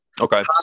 Okay